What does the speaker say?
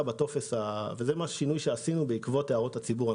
זה שינוי שערכנו בעקבות הערות הציבור.